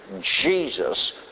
Jesus